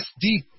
deep